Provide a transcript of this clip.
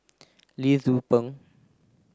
Lee Tzu Pheng